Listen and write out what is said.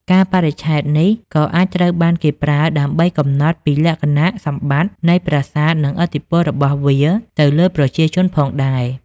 កាលបរិច្ឆេទនេះក៏អាចត្រូវបានគេប្រើដើម្បីកំណត់ពីលក្ខណៈសម្បត្តិនៃប្រាសាទនិងឥទ្ធិពលរបស់វាទៅលើប្រជាជនផងដែរ។